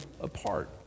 apart